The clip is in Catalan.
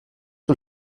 que